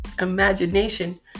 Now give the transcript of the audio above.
imagination